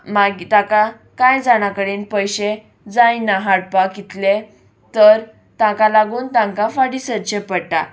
मागीर ताका कांय जाणां कडेन पयशे जायना हाडपाक इतले तर ताका लागून तांकां फाटीं सरचें पडटा